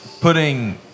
putting